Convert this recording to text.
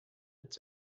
its